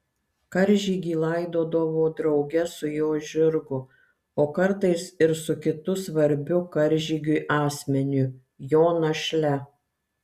karžygį laidodavo drauge su jo žirgu o kartais ir su kitu svarbiu karžygiui asmeniu jo našle